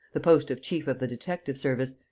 the post of chief of the detective-service,